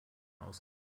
aus